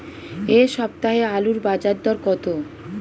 এ সপ্তাহে আলুর বাজার দর কত?